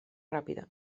ràpida